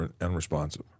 unresponsive